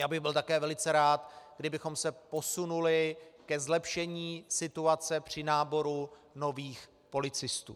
Já bych byl také velice rád, kdybychom se posunuli ke zlepšení situace při náboru nových policistů.